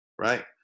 right